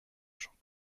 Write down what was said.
champs